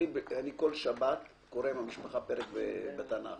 כל שבת אני קורא עם המשפחה פרק בתנ"ך